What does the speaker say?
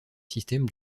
système